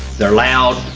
they're loud,